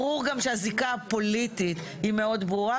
ברור גם שהזיקה הפוליטית היא מאוד ברורה,